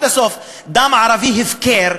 דם ערבי הפקר,